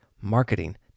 marketing